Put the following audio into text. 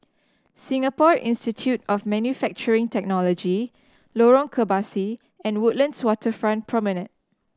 Singapore Institute of Manufacturing Technology Lorong Kebasi and Woodlands Waterfront Promenade